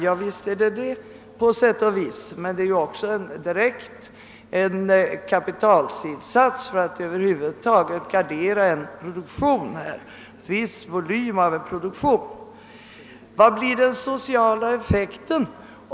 Ja, det är på sätt och vis riktigt, men lånet är också en kapitalinsats för att över huvud taget gardera en viss volym av produktion.